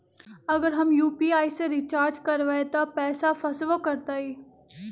अगर हम यू.पी.आई से रिचार्ज करबै त पैसा फसबो करतई?